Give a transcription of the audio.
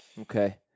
Okay